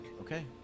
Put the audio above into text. Okay